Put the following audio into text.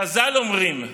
חז"ל אומרים: